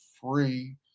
free